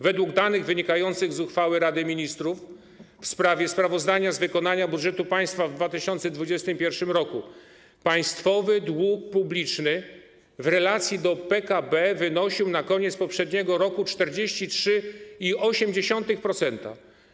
Według danych wynikających z uchwały Rady Ministrów w sprawie sprawozdania z wykonania budżetu państwa w 2021 r. państwowy dług publiczny w relacji do PKB wynosił na koniec poprzedniego roku 43,8%.